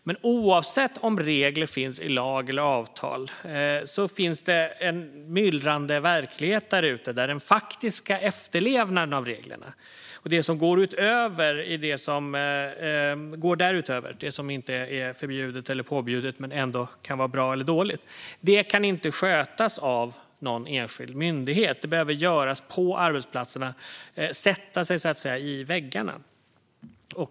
Men oavsett om regler finns i lag eller avtal finns det en myllrande verklighet där ute, där den faktiska efterlevnaden av reglerna och det som går därutöver - det som inte är förbjudet eller påbjudet men ändå kan vara bra eller dåligt - inte kan skötas av någon enskild myndighet. Det behöver göras på arbetsplatserna och, så att säga, sätta sig i väggarna.